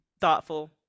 thoughtful